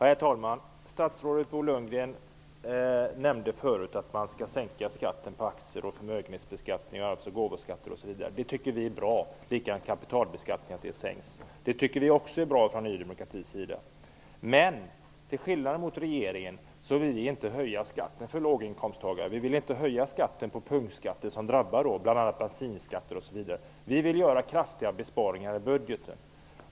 Herr talman! Statsrådet Bo Lundgren nämnde att man skall sänka skatten på aktier, förmögenhetsbeskattningen, arvs och gåvoskatter, osv. Det tycker vi i Ny demokrati är bra, liksom att kapitalbeskattningen sänks. Men till skillnad från regeringen vill vi inte höja skatten för låginkomsttagare. Vi vill t.ex. inte höja punktskatter som drabbar dem, bl.a. bensinskatten. Vi vill i stället göra kraftiga besparingar i budgeten.